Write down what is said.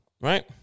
right